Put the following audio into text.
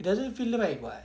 it doesn't feel right [what]